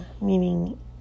meaning